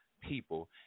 people